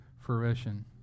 fruition